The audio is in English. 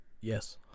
Yes